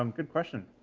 um good question.